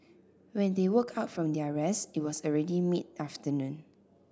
when they woke up from their rest it was already mid afternoon